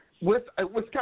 Wisconsin